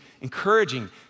encouraging